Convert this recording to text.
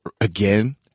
again